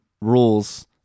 rules